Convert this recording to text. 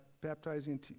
baptizing